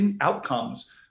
outcomes